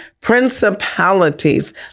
principalities